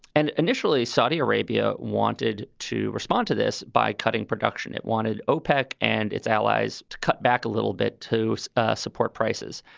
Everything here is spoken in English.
and initially, saudi arabia wanted to respond to this by cutting production. it wanted opec and its allies to cut back a little bit to so ah support prices.